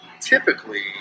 typically